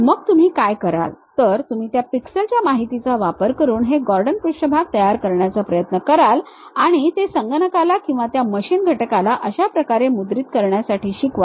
मग तुम्ही काय कराल तर तुम्ही त्या पिक्सेल च्या माहितीचा वापर करून हे गॉर्डन पृष्ठभाग तयार करण्याचा प्रयत्न कराल आणि ते संगणकाला किंवा त्या मशीन घटकाला अशा प्रकारे मुद्रित करण्यासाठी शिकवलं